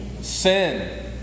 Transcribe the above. sin